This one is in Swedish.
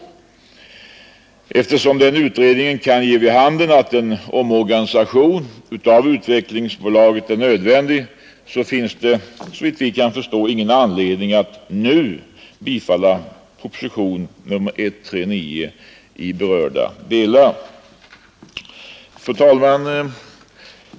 Eftersom den utredningen kan ge vid handen att en omorganisation av utvecklingsbolaget är nödvändig, finns såvitt vi kan förstå ingen anledning att nu bifalla propositionen 139 i berörda delar. Fru talman!